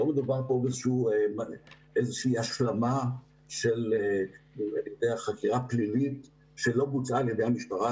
לא מדובר באיזושהי השלמה של חקירה פלילית שלא בוצעה על ידי המשטרה,